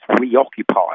reoccupied